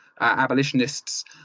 abolitionists